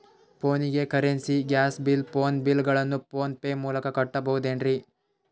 ಫೋನಿಗೆ currency, gas bill, phone bill ಗಳನ್ನು PhonePe ಮೂಲಕ ಕಟ್ಟಬಹುದೇನ್ರಿ?